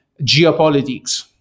geopolitics